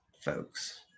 folks